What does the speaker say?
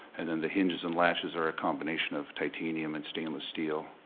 and then the hinges and latches are a combination of titanium and stainless steel.